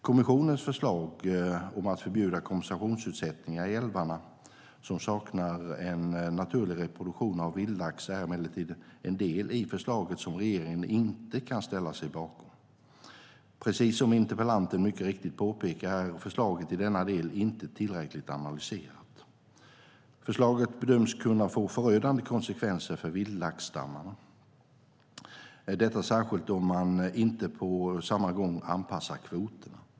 Kommissionens förslag om att förbjuda kompensationsutsättningar i älvar som saknar en naturlig reproduktion av vildlax är emellertid en del i förslaget som regeringen inte kan ställa sig bakom. Precis som interpellanten mycket riktigt påpekar är förslaget i denna del inte tillräckligt analyserat. Förslaget bedöms kunna få förödande konsekvenser för vildlaxstammarna, detta särskilt om man inte på samma gång anpassar kvoterna.